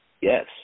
Yes